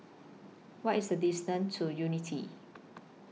What IS The distance to Unity